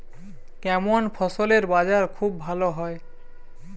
কেমন ফসলের বাজার খুব ভালো হয়?